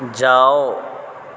جاؤ